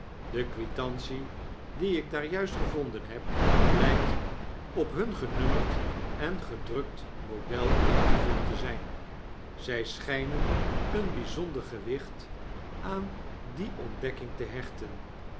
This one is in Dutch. de quitantie die ik daar juist gevonden heb blijkt op hun genummerd en gedrukt model ingevuld te zgn zij schgnen een bijzonder gewicht aan die ontdekking te hechten